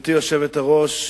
גברתי היושבת-ראש,